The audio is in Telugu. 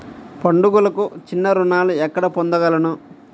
పండుగలకు చిన్న రుణాలు ఎక్కడ పొందగలను?